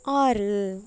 ஆறு